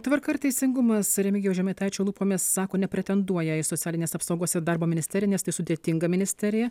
tvarka ir teisingumas remigijaus žemaitaičio lūpomis sako nepretenduoja į socialinės apsaugos ir darbo ministeriją nes tai sudėtinga ministerija